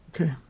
Okay